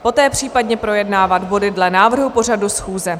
Poté případně projednávat body dle návrhu pořadu schůze.